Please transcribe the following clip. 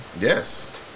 Yes